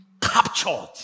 captured